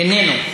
אינו נוכח.